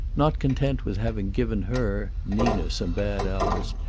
not content with having given her, nina, some bad hours,